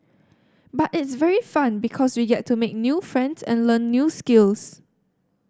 but it's very fun because we get to make new friends and learn new skills